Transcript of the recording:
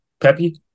peppy